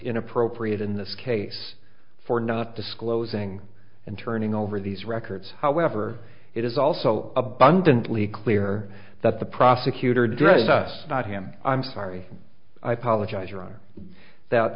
inappropriate in this case for not disclosing and turning over these records however it is also abundantly clear that the prosecutor dragged us not him i'm sorry i apologize your honor that